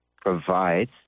provides